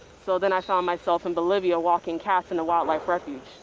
so then i found myself in bolivia walking cats in a wildlife refuge.